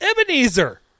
Ebenezer